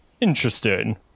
interesting